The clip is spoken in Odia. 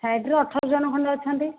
ସାଇଟ୍ରୁ ଅଠରଜଣ ଖଣ୍ଡେ ଅଛନ୍ତି